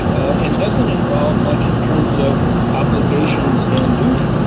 and doesn't involve much in terms of obligations and duty.